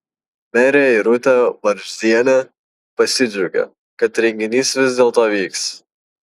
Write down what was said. merė irutė varzienė pasidžiaugė kad renginys vis dėlto vyks